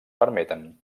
permeten